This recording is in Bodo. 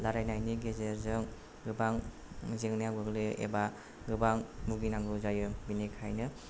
रायलायनायनि गेजेरजों गोबां जेंनायाव गोग्लैयो एबा गोबां बुगिनांगौ जायो बेनिखायनो